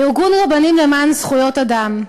ארגון "רבנים למען זכויות אדם",